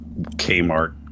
Kmart